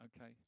Okay